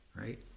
right